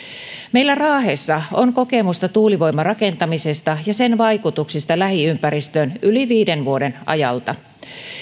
meillä raahessa on kokemusta tuulivoimarakentamisesta ja sen vaikutuksista lähiympäristöön yli viiden vuoden ajalta